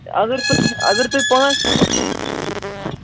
اَگر تُہۍ اَگر تُہۍ پانٛژھ